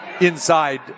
inside